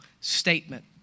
statement